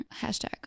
hashtag